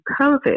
COVID